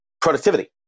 productivity